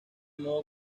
modo